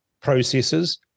processes